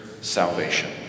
salvation